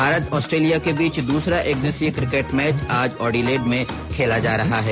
Bharat Australia के बीच दूसरा एक दिवसीय किकेट मैच आज एडिलेड में खेला जा रहा है